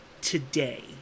today